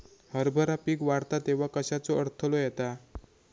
हरभरा पीक वाढता तेव्हा कश्याचो अडथलो येता?